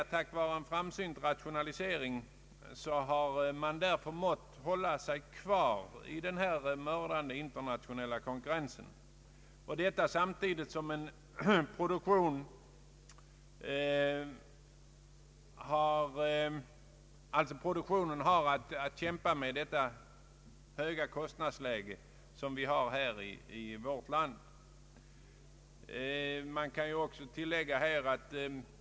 Tack vare en framsynt rationalisering har de svenska varven förmått hålla sig kvar i den mördande internationella konkurrensen. Samtidigt har man i produktionen att kämpa med det höga kostnadsläge som råder i vårt land.